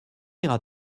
iras